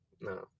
No